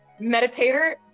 meditator